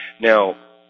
Now